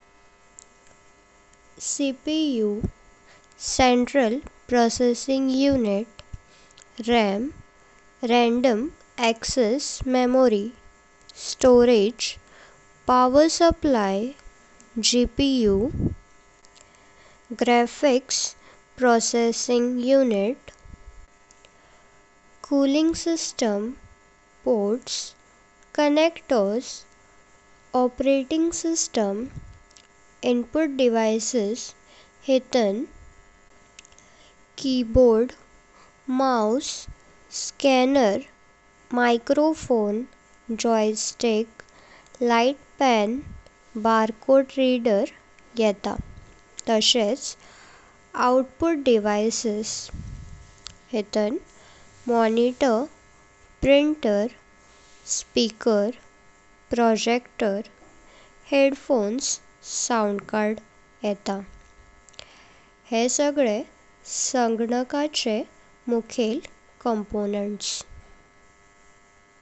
CPU, RAM, storage, power supply, GPU, cooling system, ports आन् connectors, operating system, input devices हितांत keyboard. Mouse, scanner, microphone, joystick, light pen, barcode reader येतांत तशेच output devices हितांत monitor, printer, speaker. Projector, headphones, sound card येता, हे संगणकाचे मुख्येल components.